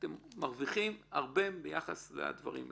אתם מרוויחים הרבה ביחס לדברים האלה.